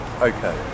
Okay